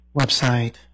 website